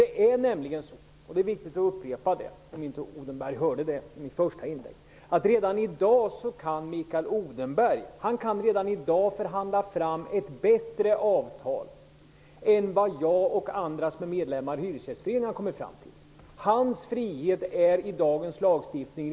Det är nämligen så, och det är viktigt att upprepa det om inte Mikael Odenberg hörde det i mitt första inlägg, att redan i dag kan Mikael Odenberg förhandla fram ett bättre avtal än vad jag och andra som är medlemmar i Hyresgästföreningen har kommit fram till. Hans frihet är redan tillgodosedd i dagens lagstiftning.